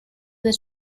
that